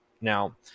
now